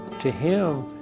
to him,